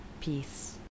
peace